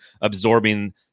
absorbing